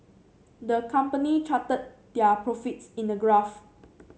the company charted their profits in a graph